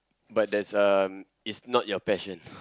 but there's um it's not your passion